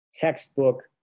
textbook